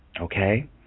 Okay